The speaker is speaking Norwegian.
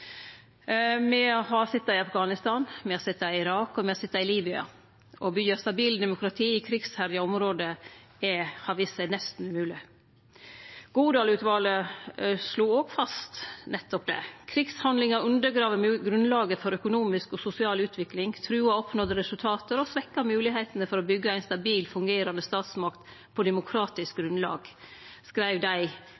Me har sett det i Afghanistan, me har sett det i Irak, og me har sett det i Libya – å byggje stabilt demokrati i krigsherja område har vist seg nesten umogleg. Godal-utvalet slo òg fast nettopp det. Krigshandlingar undergrev grunnlaget for økonomisk og sosial utvikling, truar oppnådde resultat og svekkjer moglegheitene for å byggje ei stabilt fungerande statsmakt på demokratisk